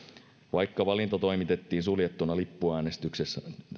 vaikka valinta toimitettiin suljettuna lippuäänestyksenä